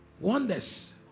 Wonders